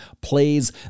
plays